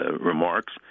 remarks